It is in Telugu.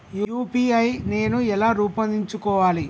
యూ.పీ.ఐ నేను ఎలా రూపొందించుకోవాలి?